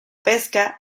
pesca